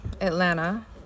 Atlanta